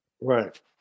Right